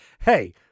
hey